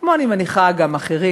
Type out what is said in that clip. כמו, אני מניחה, גם אחרים,